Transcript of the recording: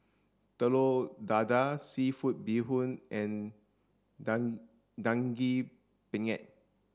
telur dadah seafood bee hoon and dan daging penyet